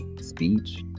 speech